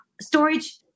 storage